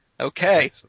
Okay